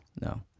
No